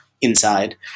inside